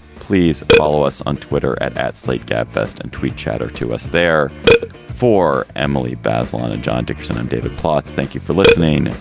please follow us on twitter at that slate gab fest and tweet chatto to us there for emily bazelon, and john dickerson and david plotz. thank you for listening.